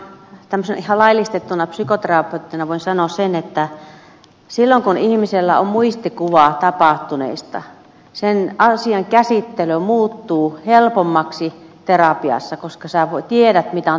tämmöisenä ihan laillistettuna psykoterapeuttina voin sanoa sen että silloin kun ihmisellä on muistikuva tapahtuneesta sen asian käsittely muuttuu helpommaksi terapiassa koska sinä tiedät mitä on tapahtunut